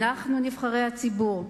אנו נבחרי הציבור.